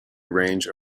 range